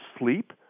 sleep